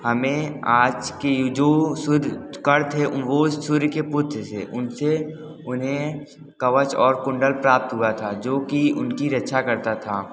हमें आज की जो सूर्य कर्ण थे वो सूर्य के पुत्र थे उनसे उन्हें कवच और कुंडल प्राप्त हुआ था जो कि उनकी रक्षा करता था